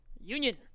Union